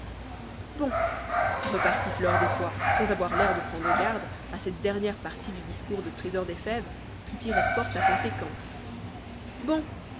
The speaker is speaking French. bon repartit fleur des pois sans avoir l'air de prendre garde à cette dernière partie du discours de trésor des fèves qui tirait fort conséquence bon